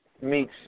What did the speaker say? meets